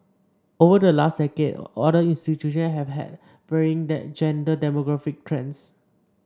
over the last decade other institution have had varying the gender demographic trends